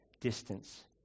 distance